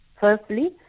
firstly